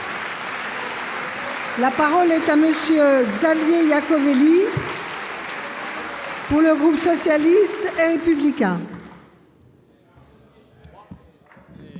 La parole est à M. Xavier Iacovelli, pour le groupe socialiste et républicain.